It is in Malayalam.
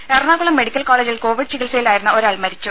ദേദ എറണാകുളം മെഡിക്കൽ കോളേജിൽ കോവിഡ് ചികിത്സയിലായിരുന്ന ഒരാൾ മരിച്ചു